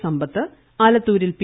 സമ്പത്ത് ആലത്തൂരിൽ പി